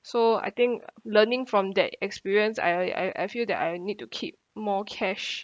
so I think learning from that experience I I I feel that I need to keep more cash